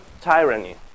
tyranny